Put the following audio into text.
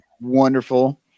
wonderful